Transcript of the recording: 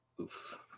Oof